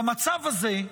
במצב הזה,